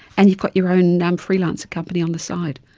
and you've got your own um freelancer company on the side.